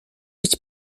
być